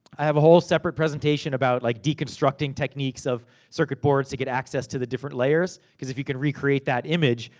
i have a whole separate presentation about like deconstructing techniques of circuit boards, to get access to the different layers. because, if you can recreate that image,